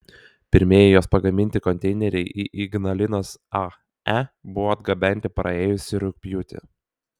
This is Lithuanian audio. pirmieji jos pagaminti konteineriai į ignalinos ae buvo atgabenti praėjusį rugpjūtį